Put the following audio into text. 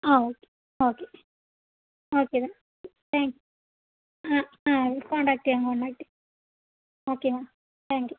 ആ okay okay okay ma'am thank you ആ ആ കോൺടാക്ട് ചെയ്യാം കോൺടാക്ട് ചെയ്യാം ഓക്കെ മാം താങ്ക് യൂ